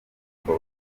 yitwa